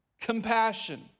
compassion